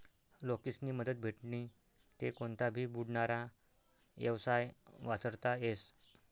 लोकेस्नी मदत भेटनी ते कोनता भी बुडनारा येवसाय वाचडता येस